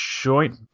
joint